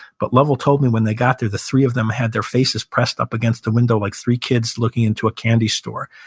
but lovell told me, when they got there, the three of them had their faces pressed up against the window like three kids looking into a candy store.